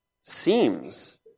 seems